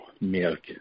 milk